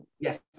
Yes